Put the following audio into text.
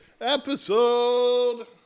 Episode